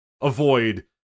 avoid